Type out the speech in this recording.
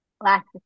last